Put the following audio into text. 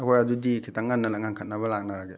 ꯍꯣꯏ ꯑꯗꯨꯗꯤ ꯈꯤꯇꯪ ꯉꯟꯅ ꯉꯟꯈꯠꯅꯕ ꯂꯥꯛꯅꯔꯒꯦ